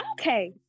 Okay